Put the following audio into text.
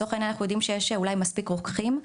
לצורך העניין אנחנו יודעים שיש אולי מספיק רוקחים,